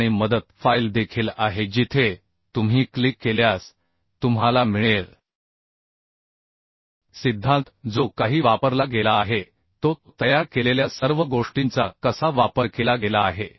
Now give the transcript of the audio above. आणि मदत फाइल देखील आहे जिथे तुम्ही क्लिक केल्यास तुम्हाला मिळेल सिद्धांत जो काही वापरला गेला आहे तो तयार केलेल्या सर्व गोष्टींचा कसा वापर केला गेला आहे